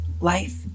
life